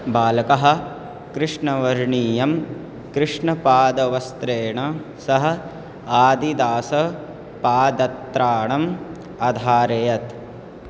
बालकः कृष्णवर्णीयं कृष्णपादवस्त्रेण सह आदिदास पादत्राणम् अधारयत्